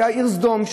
הייתה העיר סדום,